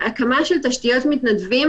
הקמה של תשתיות מתנדבים